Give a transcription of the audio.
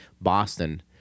Boston